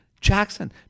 Jackson